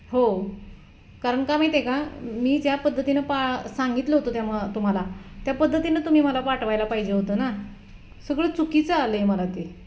हो कारण का माहीत आहे का मी ज्या पद्धतीनं पा सांगितलं होतं त्या मग तुम्हाला त्या पद्धतीनं तुम्ही मला पाठवायला पाहिजे होतं ना सगळं चुकीचं आलं आहे मला ते